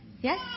Yes